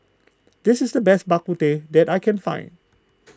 this is the best Bak Kut Teh that I can find